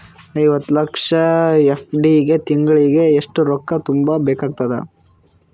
ಐವತ್ತು ಲಕ್ಷ ಎಫ್.ಡಿ ಗೆ ತಿಂಗಳಿಗೆ ಎಷ್ಟು ರೊಕ್ಕ ತುಂಬಾ ಬೇಕಾಗತದ?